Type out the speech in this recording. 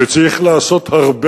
וצריך לעשות הרבה,